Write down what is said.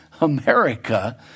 America